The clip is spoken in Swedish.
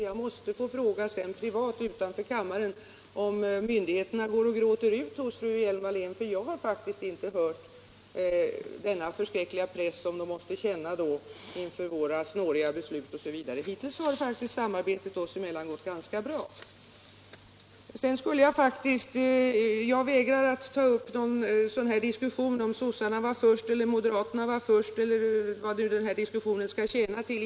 Jag måste sedan fråga privat, utanför kammaren, om myndigheterna gråter ut hos fru Hjelm-Wallén, för jag har faktiskt inte hört om denna förskräckliga press som de måste känna inför våra snåriga beslut osv. Hittills har faktiskt samarbetet gått ganska bra. Sedan vägrar jag att ta upp någon diskussion om huruvida socialdemokraterna eller moderaterna var först, vad nu den diskussionen skall tjäna till.